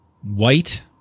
white